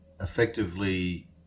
effectively